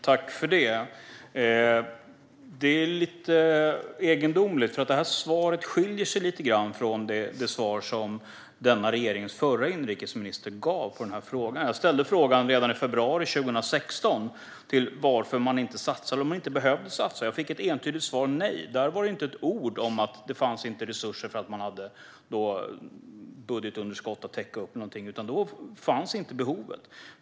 Fru talman! Det är lite egendomligt att detta svar skiljer sig lite grann från det svar som denna regerings förra inrikesminister gav på denna fråga. Jag ställde redan i februari 2016 frågan varför man inte satsade och om man inte behövde satsa. Jag fick ett entydigt nej som svar. Det sas då inte ett ord om att det inte fanns resurser på grund av budgetunderskott, utan då fanns inte behovet.